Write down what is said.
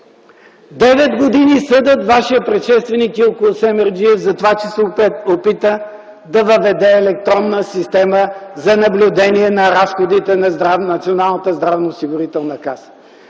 години съдят вашия предшественик Илко Семерджиев затова, че се опита да въведе електронна система за наблюдение на разходите на Националната здравноосигурителна каса.